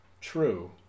true